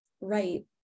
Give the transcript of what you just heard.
right